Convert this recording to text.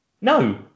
no